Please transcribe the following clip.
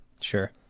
Sure